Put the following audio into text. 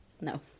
No